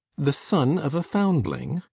the son of a foundling!